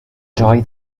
joy